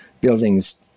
buildings